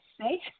say